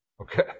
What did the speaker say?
Okay